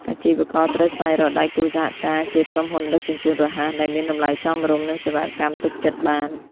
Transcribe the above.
អាជីវករត្រូវស្វែងរកដៃគូសហការជា ក្រុមហ៊ុនដឹកជញ្ជូនរហ័ស ដែលមានតម្លៃសមរម្យ និងសេវាកម្មទុកចិត្តបាន។